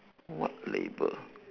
what label